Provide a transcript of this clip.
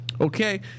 Okay